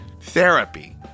therapy